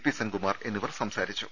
P Senkumar എ ന്നിവർ സംസാരിച്ചു